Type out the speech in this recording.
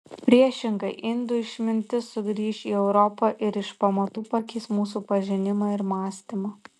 priešingai indų išmintis sugrįš į europą ir iš pamatų pakeis mūsų pažinimą ir mąstymą